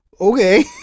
Okay